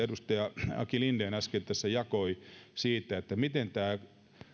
edustaja aki linden äsken tässä jakoi luvut siitä miten